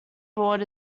board